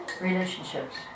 relationships